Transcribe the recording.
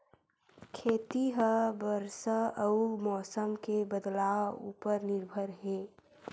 खेती हा बरसा अउ मौसम के बदलाव उपर निर्भर हे